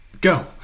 Go